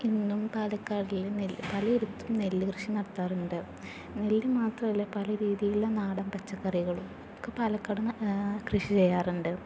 ഇന്നും പാലക്കാടില് നെല്ല് പലയിടത്തും നെല്ല് കൃഷി നടത്താറുണ്ട് നെല്ല് മാത്രല്ല പല രീതിയിലുള്ള നാടൻ പച്ചക്കറികളും ഒക്കെ പാലക്കാട് കൃഷിചെയ്യാറുണ്ട്